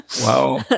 Wow